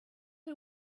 who